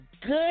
good